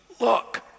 look